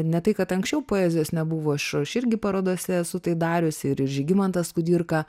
ne tai kad anksčiau poezijos nebuvo aš aš irgi parodose esu tai dariusi ir žygimantas kudirka